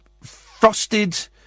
frosted